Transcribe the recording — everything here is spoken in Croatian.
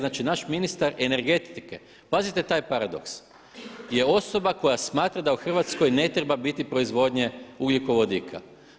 Znači naš ministar energetike, pazite taj paradoks je osoba koja smatra da u Hrvatskoj ne treba biti proizvodnje ugljikovodika.